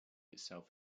itself